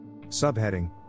Subheading